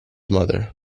mother